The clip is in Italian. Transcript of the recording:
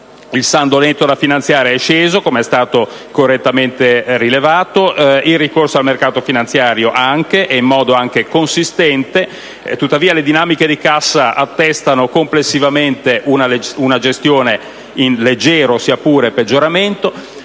Il saldo netto da finanziare è sceso, come è stato correttamente rilevato, e così il ricorso al mercato finanziario, anche in modo consistente. Tuttavia le dinamiche di cassa attestano complessivamente una gestione in peggioramento, sia pure leggero.